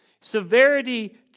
Severity